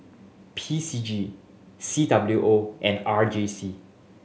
P C G C W O and R J C